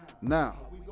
Now